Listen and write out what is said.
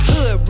Hood